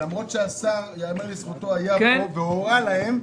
למרות שהשר ייאמר לזכותו היה פה והורה להם,